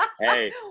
Hey